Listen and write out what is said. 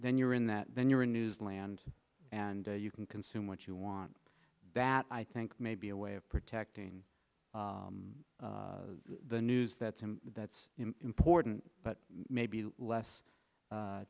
then you're in that then you're in news land and you can consume what you want that i think may be a way of protecting the news that's that's important but may be less